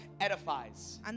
Edifies